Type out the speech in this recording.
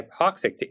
hypoxic